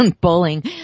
bullying